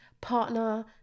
partner